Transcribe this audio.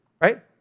right